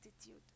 attitude